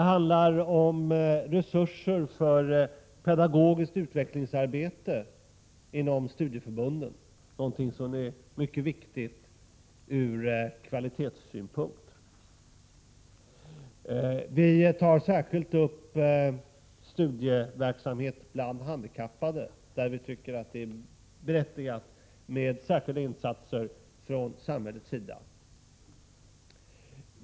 De handlar om resurser för pedagogiskt utvecklingsarbete inom studieförbunden, någonting som är mycket viktigt från kvalitetssynpunkt. Vi tar särskilt upp studieverksamhet bland handikappade, där vi tycker att det är viktigt med särskilda insatser från samhällets sida.